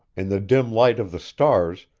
in the dim light of the stars,